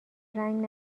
رنگ